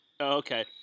Okay